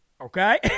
okay